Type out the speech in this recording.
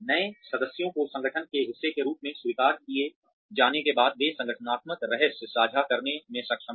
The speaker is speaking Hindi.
नए सदस्यों को संगठन के हिस्से के रूप में स्वीकार किए जाने के बाद वे संगठनात्मक रहस्य साझा करने में सक्षम हैं